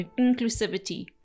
inclusivity